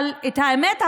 אבל האמת,